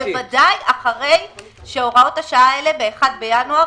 בוודאי אחרי שהוראות השעה האלה יפקעו ב-1 בינואר